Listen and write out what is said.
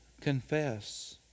confess